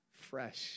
fresh